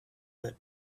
that